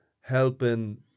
helping